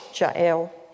Jael